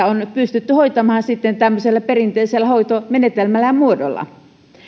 on pystytty hoitamaan tämmöisellä perinteisellä hoitomenetelmällä ja muodolla